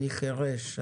אני חירש,